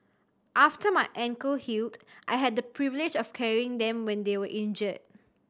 after my ankle healed I had the privilege of carrying them when they were injured